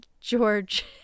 George